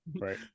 Right